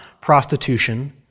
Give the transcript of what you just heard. prostitution